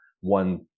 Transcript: one